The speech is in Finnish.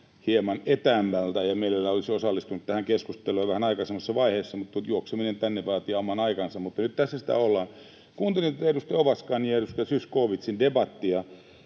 hieman etäämmältä. Mielelläni olisin osallistunut tähän keskusteluun jo vähän aikaisemmassa vaiheessa, mutta juokseminen tänne vaatii oman aikansa, mutta nyt tässä sitä ollaan. Kuuntelin tätä edustaja Ovaskan ja edustaja Zyskowiczin debattia